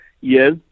Yes